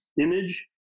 image